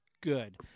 good